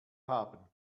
haben